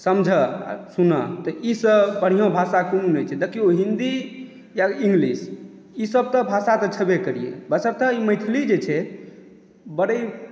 समझए सुनए तऽ ईसँ बढ़िआँ भाषा कोनो नहि छै देखिऔ हिन्दी या इंग्लिश ईसभ तऽ भाषा तऽ छैबे करियै बशर्ते ई मैथिली जे छै बड़ी